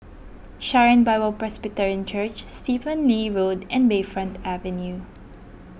Sharon Bible Presbyterian Church Stephen Lee Road and Bayfront Avenue